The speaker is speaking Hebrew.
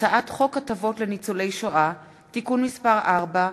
הצעת חוק הטבות לניצולי שואה (תיקון מס' 4)